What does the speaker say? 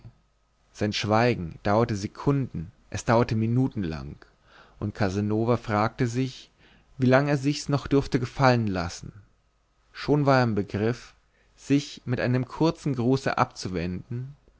sein schweigen dauerte sekunden es dauerte minutenlang und casanova fragte sich wie lang er sich's noch dürfte gefallen lassen schon war er im begriff sich mit einem kurzen gruße abzuwenden